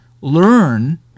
learn